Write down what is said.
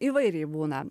įvairiai būna